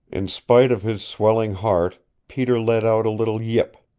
in spite of his swelling heart peter let out a little yip.